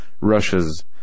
Russia's